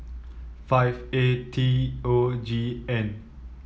five A T O G N